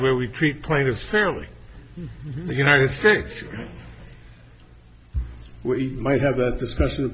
where we treat playing is fairly united states we might have a discussion